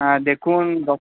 হ্যাঁ দেখুন